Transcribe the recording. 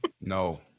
No